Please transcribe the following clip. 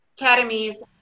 academies